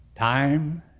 Time